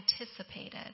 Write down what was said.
anticipated